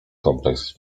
kompleks